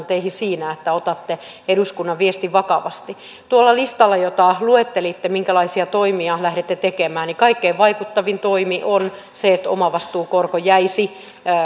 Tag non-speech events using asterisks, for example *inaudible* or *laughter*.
*unintelligible* teihin siinä että otatte eduskunnan viestin vakavasti tuolla listalla kun luettelitte minkälaisia toimia lähdette tekemään kaikkein vaikuttavin toimi on se että omavastuukorko jäisi